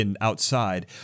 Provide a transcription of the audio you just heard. outside